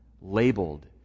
labeled